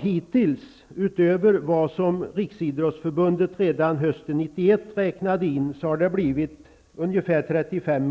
Hittills, utöver det som Riksidrottsförbundet redan hösten 1991 räknade in, har det blivit ungefär 35